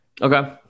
Okay